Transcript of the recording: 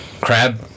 crab